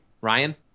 Ryan